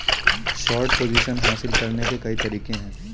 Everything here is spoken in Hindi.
शॉर्ट पोजीशन हासिल करने के कई तरीके हैं